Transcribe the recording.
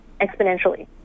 exponentially